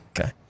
Okay